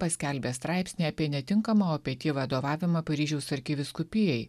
paskelbė straipsnį apie netinkamą opety vadovavimą paryžiaus arkivyskupijai